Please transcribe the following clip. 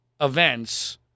events